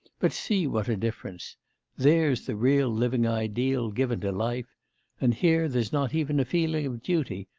but see what a difference there's the real living ideal given to life and here there's not even a feeling of duty,